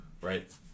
right